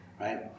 right